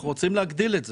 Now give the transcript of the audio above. אנחנו רוצים להגדיל את זה.